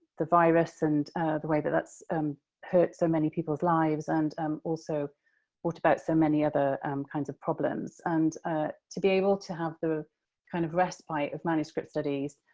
virus and the way that that's hurt so many people's lives and um also brought about so many other kinds of problems. and to be able to have the kind of respite of manuscript studies